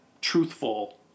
truthful